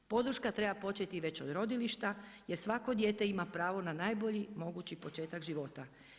Podrška treba početi već od rodilišta, jer svako dijete ima pravo na najbolji mogući početak života.